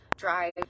drive